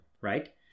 right